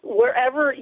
wherever